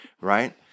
right